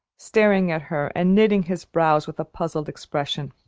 staring at her and knitting his brows with a puzzled expression.